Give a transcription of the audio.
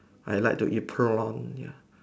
I like to eat prawn ya